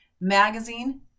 magazine